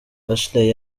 ashley